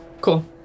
Cool